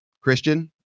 Christian